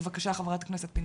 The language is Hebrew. בבקשה, חברת הכנסת פינטו.